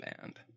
band